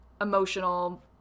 emotional